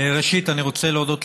ראשית אני רוצה להודות לך,